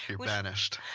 you're banished.